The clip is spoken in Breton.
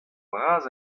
bras